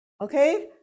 Okay